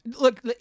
Look